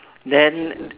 then